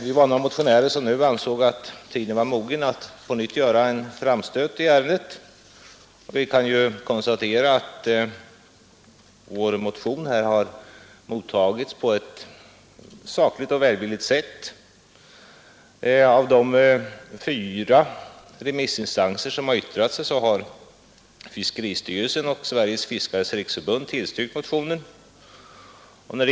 Vi är några motionärer som ansett att tiden nu varit mogen att på nytt göra en framstöt i ärendet. Vi kan konstatera att vår motion mottagits på ett sakligt och välvilligt sätt. Av de fyra remissinstanser som yttrat sig har fiskeristyrelsen och Sveriges fiskares riksförbund tillstyrkt motionen.